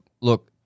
look